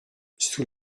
sous